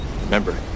remember